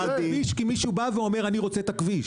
אנחנו לא מסדרים כביש כי מישהו בא ואומר: אני רוצה את הכביש.